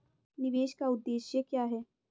निवेश का उद्देश्य क्या है?